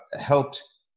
helped